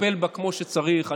ולטפל בה כמו שצריך,